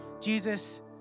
Jesus